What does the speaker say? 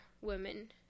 women